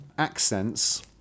accents